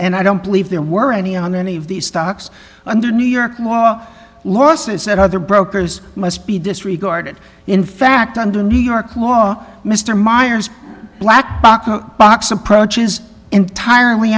and i don't believe there were any on any of these stocks under new york law losses that other brokers must be disregarded in fact under new york law mr meyers black box approach is entirely